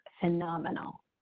phenomenal